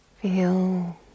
Feel